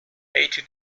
eighty